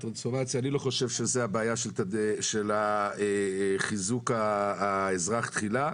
אני לא חושב שזו הבעיה של חיזוק האזרח תחילה.